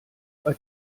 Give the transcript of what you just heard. bei